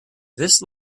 this